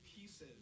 pieces